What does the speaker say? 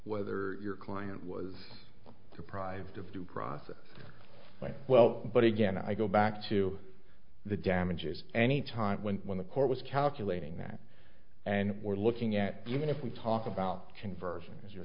whether your client was to privatise due process well but again i go back to the damages any time when when the court was calculating that and we're looking at even if we talk about conversion as you